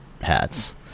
hats